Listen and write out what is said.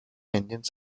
engines